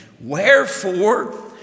Wherefore